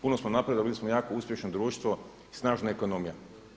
Puno smo napravili, bili smo jako uspješno društvo, snažna ekonomija.